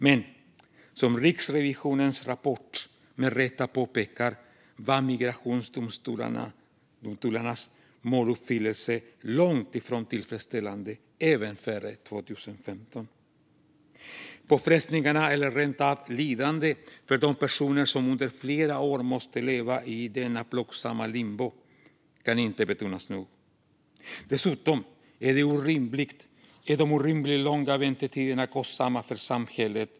Men som Riksrevisionens rapport med rätta påpekar var migrationsdomstolarnas måluppfyllelse långt ifrån tillfredsställande även före 2015. Påfrestningarna eller rent av lidandet för de personer som under flera år måste leva i detta plågsamma limbo kan inte nog betonas. Dessutom är de orimligt långa väntetiderna kostsamma för samhället.